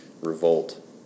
revolt